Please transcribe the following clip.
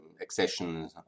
accession